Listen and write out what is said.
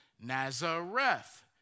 Nazareth